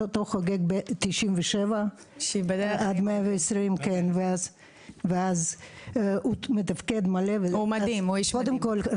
הוא אוטוטו חוגג 97. קודם כל,